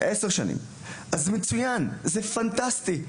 זה מצוין וזה פנטסטי.